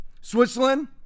Switzerland